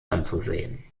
anzusehen